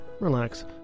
relax